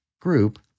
group